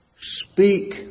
speak